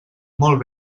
molt